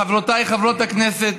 חברותיי חברות הכנסת,